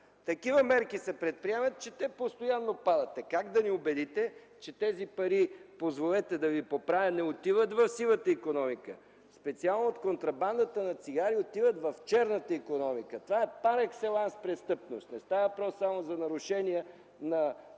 такива мерки се предприемат, че те постоянно падат! Е, как да ни убедите, че тези пари, позволете да Ви поправя, не отиват в сивата икономика? Специално от контрабандата на цигари отиват в черната икономика – това е пар екселанс престъпност. Не става въпрос само за нарушения на